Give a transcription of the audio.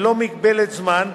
ללא מגבלת זמן,